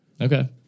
Okay